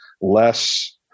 less